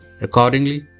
Accordingly